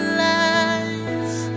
lights